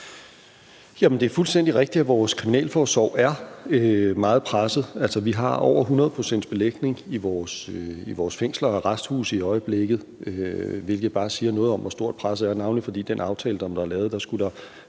Det er fuldstændig rigtigt, at vores kriminalforsorg er meget presset. Vi har over 100 pct. belægning i vores fængsler og arresthuse i øjeblikket, hvilket bare siger noget om, hvor stort presset er, navnlig fordi der ifølge den aftale, der blev lavet, skulle være